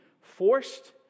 forced